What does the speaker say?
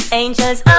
angels